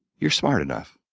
you're smart enough.